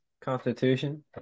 Constitution